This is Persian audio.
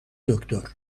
دکتر